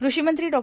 कृषी मंत्री डॉ